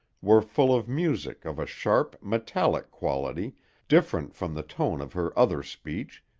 were full of music of a sharp, metallic quality different from the tone of her other speech,